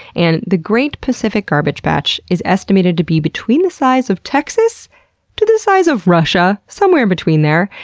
and the great pacific garbage patch is estimated to be between the size of texas to the size of russia, somewhere in between there.